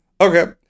Okay